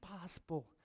possible